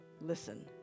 listen